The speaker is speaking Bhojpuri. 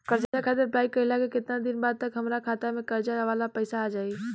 कर्जा खातिर अप्लाई कईला के केतना दिन बाद तक हमरा खाता मे कर्जा वाला पैसा आ जायी?